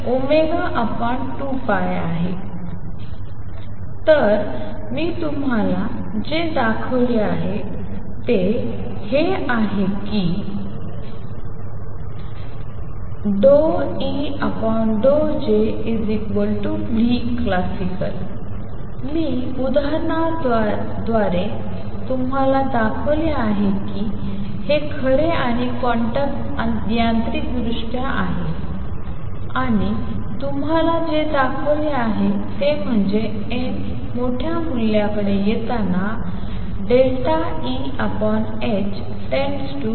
तर मी तुम्हाला जे दाखवले आहे ते हे की ∂E∂Jclasical मी उदाहरणांद्वारे तुम्हाला दाखवले आहे की हे खरे आणि क्वांटम यांत्रिकदृष्ट्या आहे आम्ही जे दाखवले आहे ते म्हणजे n मोठ्या मूल्याकडे येताना Eh→τclasical